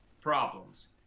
problems